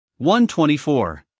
124